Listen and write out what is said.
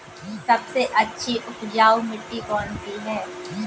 सबसे अच्छी उपजाऊ मिट्टी कौन सी है?